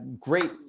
great